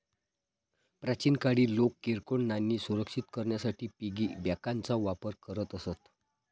प्राचीन काळी लोक किरकोळ नाणी सुरक्षित करण्यासाठी पिगी बँकांचा वापर करत असत